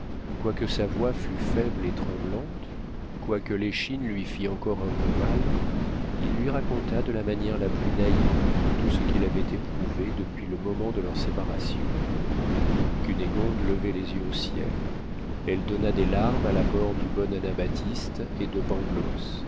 quoique sa voix fût faible et tremblante quoique l'échine lui fît encore un peu mal il lui raconta de la manière la plus naïve tout ce qu'il avait éprouvé depuis le moment de leur séparation cunégonde levait les yeux au ciel elle donna des larmes à la mort du bon anabaptiste et de